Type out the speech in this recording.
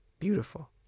beautiful